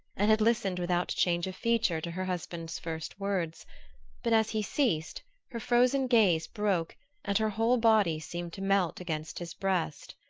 and had listened without change of feature to her husband's first words but as he ceased her frozen gaze broke and her whole body seemed to melt against his breast.